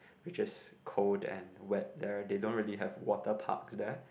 which is cold there and wet there they don't really have water parks there